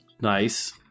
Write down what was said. Nice